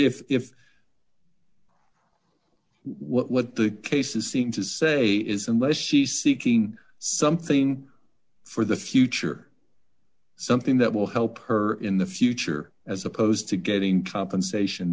if what the cases seem to say is unless she's seeking something for the future something that will help her in the future as opposed to getting compensation